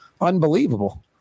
unbelievable